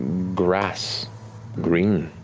grass green,